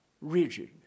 rigid